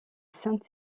sainte